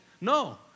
no